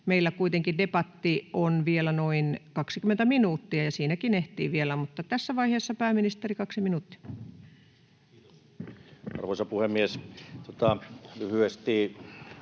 Meillä kuitenkin debattia on vielä noin 20 minuuttia, ja siinäkin ehtii vielä. — Mutta tässä vaiheessa pääministeri, kaksi minuuttia. Arvoisa puhemies! Lyhyesti